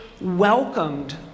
welcomed